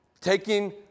taking